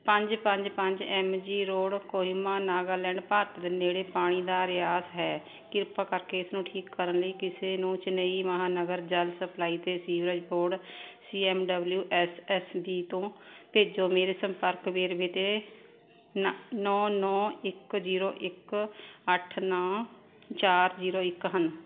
ਪੰਜ ਪੰਜ ਪੰਜ M G road Kohima Nagaland Bharat ਦੇ ਨੇੇੜੇ ਪਾਣੀ ਦਾ ਰਿਸਾਅ ਹੈ ਕਿਰਪਾ ਕਰਕੇ ਇਸ ਨੂੰ ਠੀਕ ਕਰਨ ਲਈ ਕਿਸੇ ਨੂੰ ਚੇਨਈ ਮਹਾਨਗਰ ਜਲ ਸਪਲਾਈ ਅਤੇ sewerage board C M W S S B ਤੋਂ ਭੇਜੋ ਮੇਰੇ ਸੰਪਰਕ ਵੇਰਵੇ ਤੇ ਨਾ ਨੌਂ ਨੌਂ ਇੱਕ ਜ਼ੀਰੋ ਇੱਕ ਅੱਠ ਨੌਂ ਚਾਰ ਜ਼ੀਰੋ ਇੱਕ ਹਨ